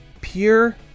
pure